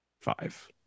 five